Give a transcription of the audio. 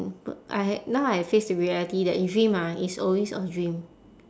I had now I face the reality that dream ah is always a dream